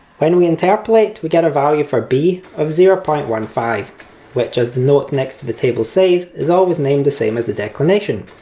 when we and interpolate we get a value for b of zero point one five which as the note next to the table says is always named the same as the declination.